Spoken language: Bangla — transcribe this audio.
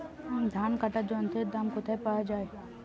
ধান কাটার যন্ত্রের দাম কোথায় পাওয়া যায়?